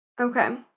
Okay